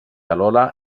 alhora